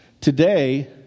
today